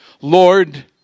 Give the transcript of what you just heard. Lord